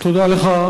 תודה לך,